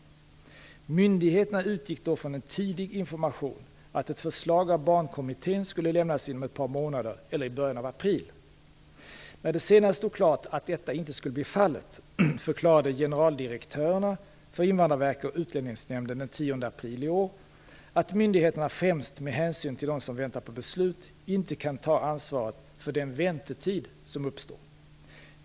Myndigheterna utgick då från en tidig information att ett förslag av Barnkommittén skulle lämnas inom ett par månader eller i början av april. När det senare stod klart att detta inte skulle bli fallet förklarade generaldirektörerna för Invandrarverket och Utlänningsnämnden den 10 april i år att myndigheterna främst med hänsyn till dem som väntar på beslut inte kan ta ansvaret för den väntetid som uppstår.